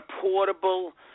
portable